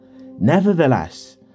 Nevertheless